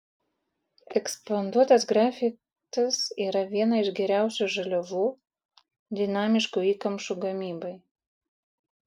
ekspanduotas grafitas yra viena iš geriausių žaliavų dinamiškų įkamšų gamybai